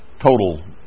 total